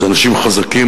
אלה אנשים חזקים,